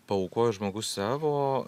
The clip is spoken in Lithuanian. paaukojo žmogus savo